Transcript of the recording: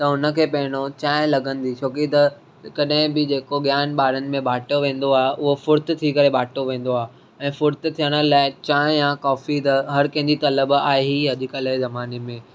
त हुनखे पहिरियों चांहि लॻंदी छो की त कॾेहिं बि जेको ज्ञान ॿारनि में बांटियो वेंदो आहे उहो फ़ुर्त थी करे बांटियो वेंदो आहे ऐं फ़ुर्त थियण लाइ चांहि या कॉफ़ी त हर कंहिंजी तलबु आहे ई अॼुकल्ह जे ज़माने में